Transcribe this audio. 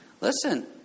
Listen